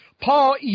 Paul